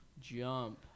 jump